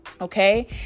Okay